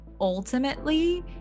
ultimately